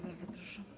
Bardzo proszę.